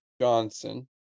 Johnson